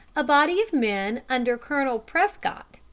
a body of men under colonel prescott,